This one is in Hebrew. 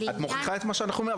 את מוכיחה את מה שאנחנו אומרים,